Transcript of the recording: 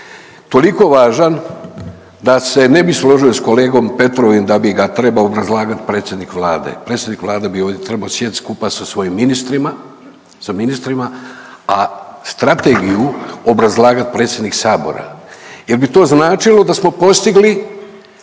toliko važan da se ne bi složio s kolegom Petrovim da bi ga trebao obrazlagat predsjednik Vlade, predsjednik Vlade bi ovdje trebao sjedit skupa sa svojim ministrima, sa ministrima, a strategiju obrazlagat predsjednik sabora jer bi to značilo da smo postigli,